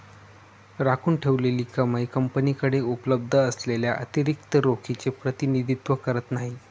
राखून ठेवलेली कमाई कंपनीकडे उपलब्ध असलेल्या अतिरिक्त रोखीचे प्रतिनिधित्व करत नाही